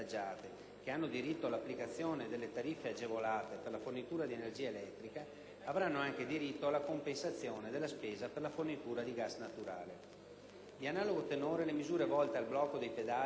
che hanno diritto all'applicazione delle tariffe agevolate per la fornitura di energia elettrica avranno anche diritto alla compensazione della spesa per la fornitura di gas naturale. Di analogo tenore le misure volte al blocco dei pedaggi